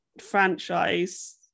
franchise